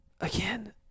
Again